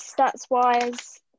Stats-wise